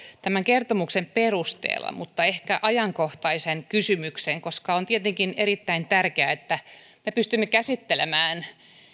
tämän kertomuksen perusteella ajankohtaisen kysymyksen koska on tietenkin erittäin tärkeää että pystymme käsittelemään